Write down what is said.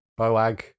Boag